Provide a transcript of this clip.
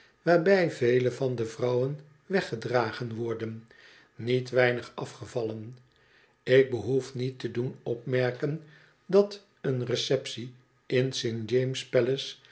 waarbij vele van de vrouwen weggedragen worden niet weinig afgevallen ik behoef niet te doen opmerken dat een receptie in